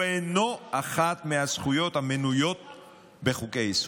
הוא אינו אחת מהזכויות המנויות בחוקי-היסוד.